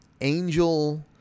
angel